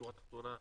שורה תחתונה,